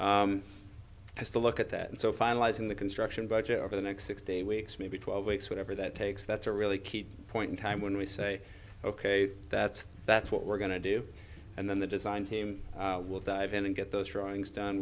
to look at that and so finalizing the construction budget over the next six day weeks maybe twelve weeks whatever that takes that's a really key point in time when we say ok that's that's what we're going to do and then the design team will dive in and get those drawings done